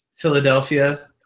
Philadelphia